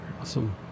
Awesome